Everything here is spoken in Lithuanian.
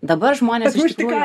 dabar žmonės iš tikrųjų